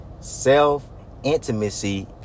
self-intimacy